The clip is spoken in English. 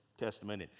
Testament